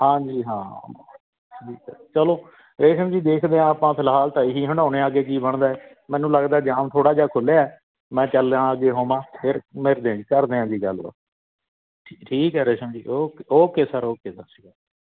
ਹਾਂਜੀ ਹਾਂ ਚਲੋ ਰੇਸ਼ਮ ਜੀ ਦੇਖਦੇ ਹਾਂ ਆਪਾਂ ਫਿਲਹਾਲ ਤਾਂ ਇਹੀ ਹੰਢਾਉਂਦੇ ਆ ਅੱਗੇ ਕੀ ਬਣਦਾ ਮੈਨੂੰ ਲੱਗਦਾ ਜਾਮ ਥੋੜ੍ਹਾ ਜਿਹਾ ਖੁੱਲ੍ਹਿਆ ਮੈਂ ਚੱਲਾਂ ਅੱਗੇ ਹੋਵਾਂ ਫੇਰ ਮਿਲਦੇ ਹੈ ਜੀ ਕਰਦੇ ਹਾਂ ਜੀ ਗੱਲਬਾਤ ਠੀਕ ਹੈ Resham ji okay okay sir okay ਸਤਿ ਸ਼੍ਰੀ ਅਕਾਲ